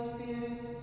Spirit